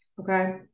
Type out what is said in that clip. Okay